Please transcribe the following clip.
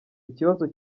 ikibazo